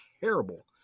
terrible